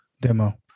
Demo